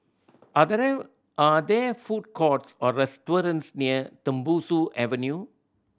are there are there food courts or restaurants near Tembusu Avenue